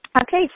Okay